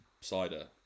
cider